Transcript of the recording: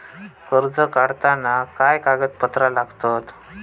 कर्ज काढताना काय काय कागदपत्रा लागतत?